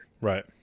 right